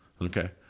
Okay